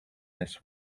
this